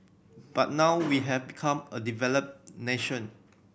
but now we have become a developed nation